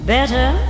Better